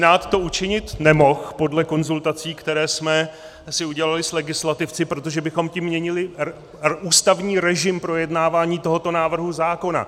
Senát to učinit nemohl podle konzultací, které jsme si udělali s legislativci, protože bychom tím měnili ústavní režim projednávání tohoto návrhu zákona.